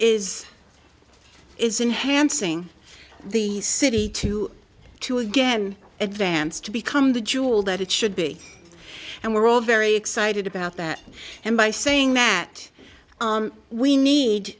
is is in hand saying the city to to again advance to become the jewel that it should be and we're all very excited about that and by saying that we need